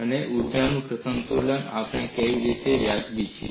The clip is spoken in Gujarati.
અને આ ઊર્જા સંતુલન લખવામાં આપણે કેવી રીતે વ્યાજબી છીએ